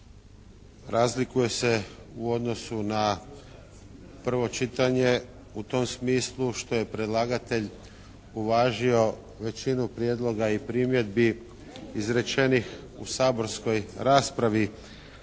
razlikuje se u odnosu na prvo čitanje u tom smislu što je predlagatelj uvažio većinu prijedloga i primjedbi izrečenih u saborskoj raspravi